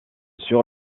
sur